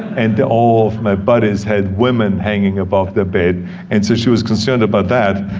and all of my buddies had women hanging above their bed and so she was concerned about that.